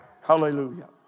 Hallelujah